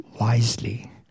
wisely